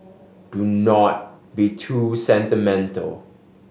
do not be too sentimental